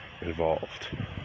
involved